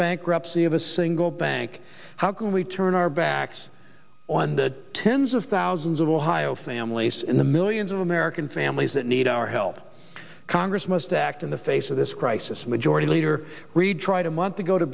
bankruptcy of a single bank how can we turn our backs on the tens of thousands of ohio families in the millions of american families that need our help congress must act in the face of this crisis majority leader reid try to months ago to